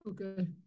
Okay